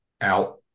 out